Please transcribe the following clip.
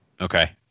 Okay